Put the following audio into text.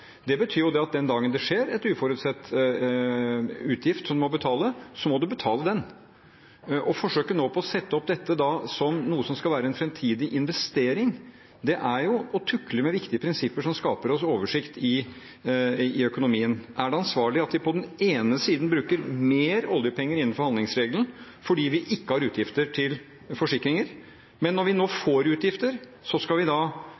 Det betyr at den dagen det kommer en uforutsett utgift som man må betale, må man betale den. Forsøket på å sette opp dette som noe som skal være en framtidig investering, er å tukle med viktige prinsipper som gir oss oversikt over økonomien. Er det ansvarlig at vi bruker mer oljepenger innenfor handlingsregelen fordi vi ikke har utgifter til forsikringer, mens når vi nå får utgifter, skal vi